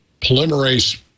polymerase